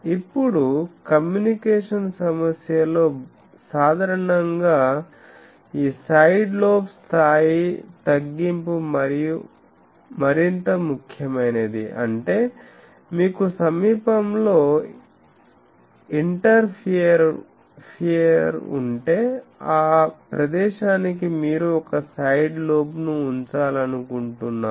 ఇప్పుడు కమ్యూనికేషన్ సమస్యలో సాధారణంగా ఈ సైడ్ లోబ్ స్థాయి తగ్గింపు మరింత ముఖ్యమైనది అంటే మీకు సమీపంలో ఇంటర్ఫియర్ ఉంటే ఆ ప్రదేశానికి మీరు ఒక సైడ్ లోబ్ను ఉంచాలనుకుంటున్నారు